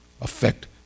affect